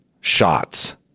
shots